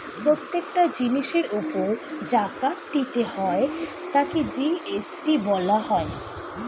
প্রত্যেকটা জিনিসের উপর জাকাত দিতে হয় তাকে জি.এস.টি বলা হয়